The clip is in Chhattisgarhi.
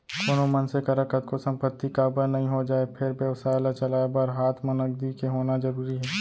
कोनो मनसे करा कतको संपत्ति काबर नइ हो जाय फेर बेवसाय ल चलाय बर हात म नगदी के होना जरुरी हे